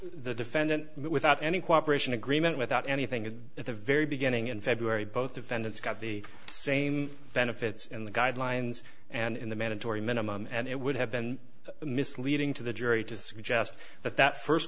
the defendant without any cooperation agreement without anything at the very beginning in february both defendants got the same benefits in the guidelines and in the mandatory minimum and it would have been misleading to the jury to suggest that that first